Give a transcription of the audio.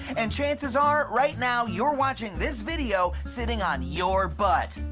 and chances are, right now, you're watching this video sitting on your butt.